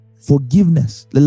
forgiveness